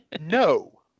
No